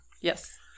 Yes